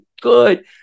good